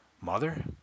Mother